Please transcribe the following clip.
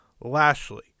Lashley